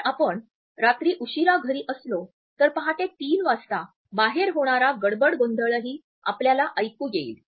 जर आपण रात्री उशीरा घरी असलो तर पहाटे 3 वाजता बाहेर होणारा गडबड गोंधळही आपल्याला ऐकू येईल